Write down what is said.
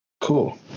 Cool